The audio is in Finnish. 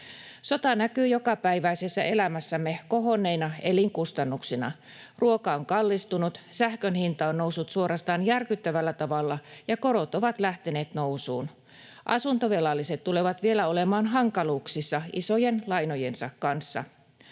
Sota näkyy jokapäiväisessä elämässämme kohonneina elinkustannuksina: ruoka on kallistunut, sähkön hinta on noussut suorastaan järkyttävällä tavalla, ja korot ovat lähteneet nousuun. Asuntovelalliset tulevat vielä olemaan hankaluuksissa isojen lainojensa kanssa.